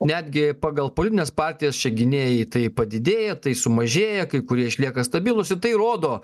netgi pagal politines partijas čia gynėjai tai padidėja tai sumažėja kai kurie išlieka stabilūs ir tai rodo